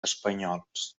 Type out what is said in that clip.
espanyols